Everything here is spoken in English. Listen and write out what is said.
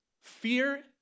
fear